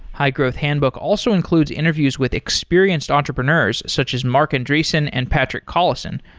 high growth handbook also includes interviews with experienced entrepreneurs, such as marc andreessen and patrick collison,